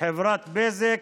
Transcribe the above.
חברת בזק,